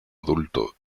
adulto